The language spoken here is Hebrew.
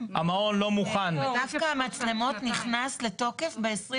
המעון לא מוכן --- חוק המצלמות נכנס לתוקף ב-2021.